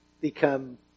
become